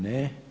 Ne.